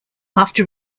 after